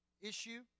issue